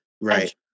Right